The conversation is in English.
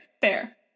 fair